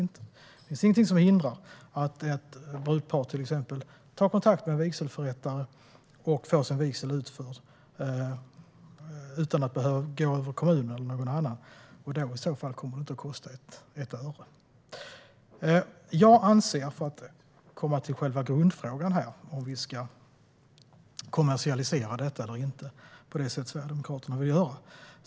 Det finns ingenting som hindrar att ett brudpar tar kontakt med en vigselförrättare och får en vigsel utförd utan att gå över kommunen eller någon annan. I så fall behöver det inte kosta ett öre. Låt mig återgå till själva grundfrågan om detta ska kommersialiseras på det sätt som Sverigedemokraterna vill göra.